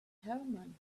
herman